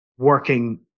Working